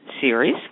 series